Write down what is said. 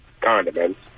condiments